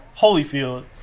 Holyfield